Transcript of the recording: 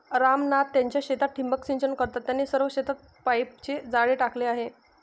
राम नाथ त्यांच्या शेतात ठिबक सिंचन करतात, त्यांनी सर्व शेतात पाईपचे जाळे टाकले आहे